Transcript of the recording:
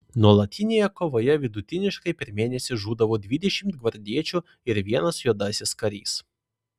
nuolatinėje kovoje vidutiniškai per mėnesį žūdavo dvidešimt gvardiečių ir vienas juodasis karys